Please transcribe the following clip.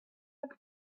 have